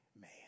man